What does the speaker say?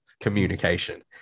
Communication